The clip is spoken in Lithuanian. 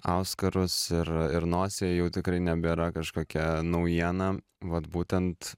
auskarus ir ir nosyje jau tikrai nebėra kažkokia naujiena vat būtent